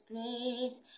Grace